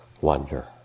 wonder